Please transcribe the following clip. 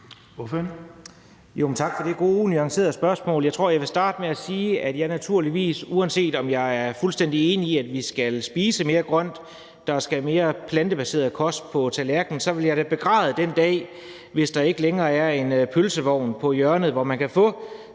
Tak for det gode, nuancerede spørgsmål. Jeg tror, jeg vil starte med at sige, at jeg naturligvis, uanset om jeg er fuldstændig enig i, at vi skal spise mere grønt og der skal mere plantebaseret kost på tallerkenen, da vil begræde den dag, hvor der ikke længere er en pølsevogn på hjørnet, hvor man kan få,